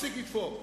מפסיק לדפוק.